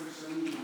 אחרי 15 שנים.